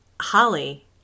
Holly